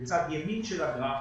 בצד ימין של הגרף,